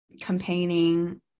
campaigning